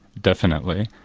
definitely.